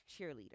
cheerleader